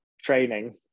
training